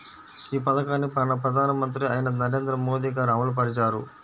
ఈ పథకాన్ని మన ప్రధానమంత్రి అయిన నరేంద్ర మోదీ గారు అమలు పరిచారు